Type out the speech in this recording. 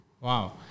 Wow